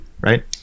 right